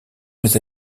mes